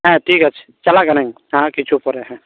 ᱦᱮᱸ ᱴᱷᱤᱠ ᱟᱪᱷᱮ ᱪᱟᱞᱟᱜ ᱠᱟᱹᱱᱟᱹᱧ ᱦᱮᱸ ᱦᱟᱜ ᱠᱤᱪᱷᱩ ᱯᱚᱨᱮ ᱦᱮᱸ